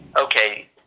okay